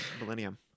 millennium